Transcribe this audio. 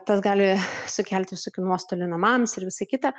tas gali sukelti visokių nuostolių namams ir visa kita